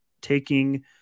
taking